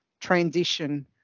transition